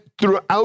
throughout